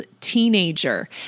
teenager